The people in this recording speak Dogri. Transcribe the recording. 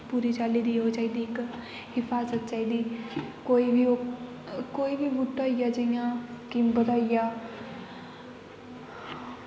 पूरी चाल्ली दी ओह् चाहिदी इक हिफाजत चाहिदी कोई बी ओह् कोई बी बूह्टा होई गेआ जियां किंब दा होई गेआ